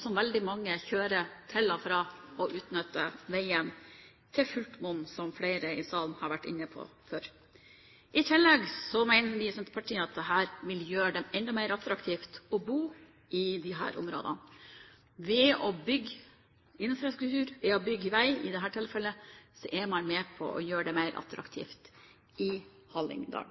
som veldig mange kjører til og fra. De utnytter veien i fullt monn, som flere i salen har vært inne på tidligere. I tillegg mener vi i Senterpartiet at dette vil gjøre det enda mer attraktivt å bo i disse områdene. Ved å bygge infrastruktur – vei i dette tilfellet – er man med på å gjøre det mer attraktivt i Hallingdal.